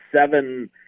seven